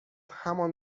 همان